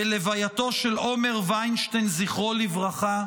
בלווייתו של עומר ויינשטיין, זכרו לברכה,